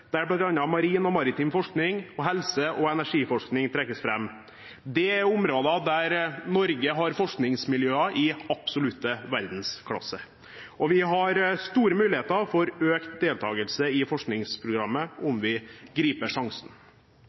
der bl.a. marin og maritim forskning, helseforskning og energiforskning trekkes fram. Dette er områder der Norge har forskningsmiljøer i absolutt verdensklasse. Vi har store muligheter for økt deltakelse i forskningsprogrammet om vi griper sjansen.